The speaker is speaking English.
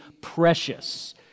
precious